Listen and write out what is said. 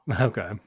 Okay